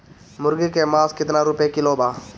मुर्गी के मांस केतना रुपया किलो बा?